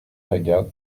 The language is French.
lagarde